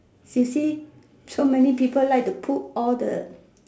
see see so many people like to put all the